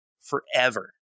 forever